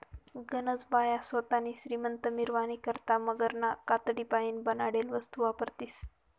गनज बाया सोतानी श्रीमंती मिरावानी करता मगरना कातडीपाईन बनाडेल वस्तू वापरतीस